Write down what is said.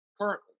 currently